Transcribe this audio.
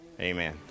Amen